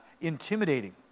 intimidating